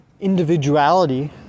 individuality